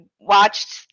watched